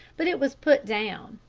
but it was put down.